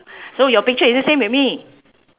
so your picture is it same with me